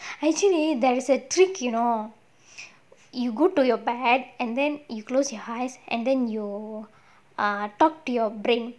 actually there is a trick you know you go to your bed and then you close your eyes and then you err talk to your brain